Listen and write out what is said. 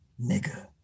Nigga